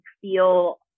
feel